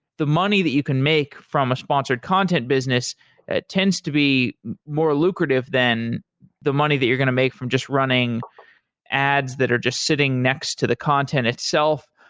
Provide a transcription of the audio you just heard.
the money that you can make from a sponsored content business tends to be more lucrative than the money that you're going to make from just running ads that are just sitting next to the content itself.